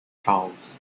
charles